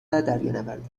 دریانوردی